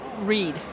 read